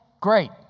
great